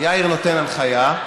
יאיר נותן הנחיה: